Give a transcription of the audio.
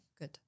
good